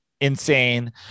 insane